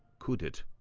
could it?